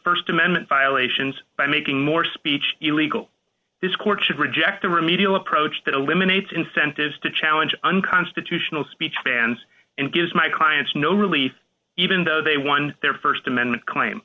fix st amendment violations by making more speech illegal this court should reject a remedial approach that eliminates incentives to challenge unconstitutional speech fans and gives my clients no relief even though they won their st amendment claim